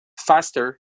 faster